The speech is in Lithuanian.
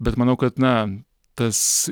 bet manau kad na tas